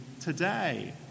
today